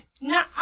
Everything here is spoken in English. No